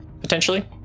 potentially